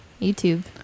YouTube